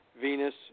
Venus